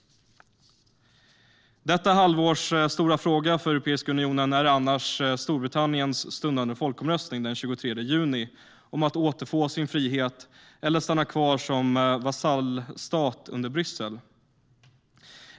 Detta halvårs stora fråga för Europeiska unionen är annars Storbritanniens stundande folkomröstning den 23 juni om att återfå friheten eller stanna kvar som vasallstat under Bryssel.